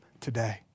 today